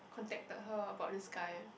contacted her about this guy